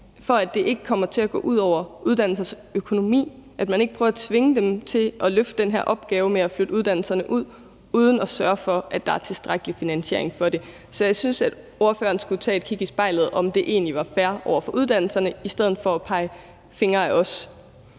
for at det ikke kommer til at gå ud over uddannelsesøkonomien, at man ikke prøver at tvinge dem til at løfte den her opgave med at flytte uddannelserne ud uden at sørge for, at der er tilstrækkelig finansiering til det. Så jeg synes, at ordføreren skulle tage et kig i spejlet og se, om det egentlig var fair over for uddannelserne, i stedet for at pege fingre ad os.